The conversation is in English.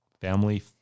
family